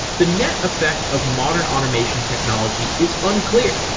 the net effect of modern automation technology is unclear.